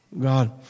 God